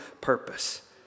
purpose